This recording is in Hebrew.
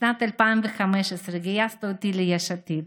בשנת 2015 גייסת אותי ליש עתיד,